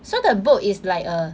so the boat is like a